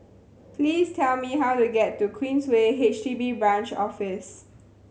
please tell me how to get to Queensway H D B Branch Office